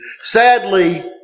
Sadly